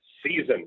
season